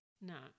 no